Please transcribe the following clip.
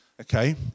Okay